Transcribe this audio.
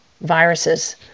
viruses